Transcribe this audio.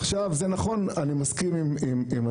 עכשיו, זה נכון, אני מסכים עם אדוני.